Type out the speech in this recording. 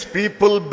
people